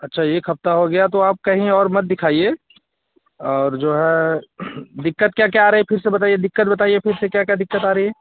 अच्छा एक हफ़्ता हो गया तो आप कहीं और मत दिखाइए और जो है दिक़्क़त क्या क्या आ रही फिर से बताइए दिक़्क़त बताइए फिर से क्या क्या दिक़्क़त आ रही है